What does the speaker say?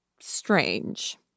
strange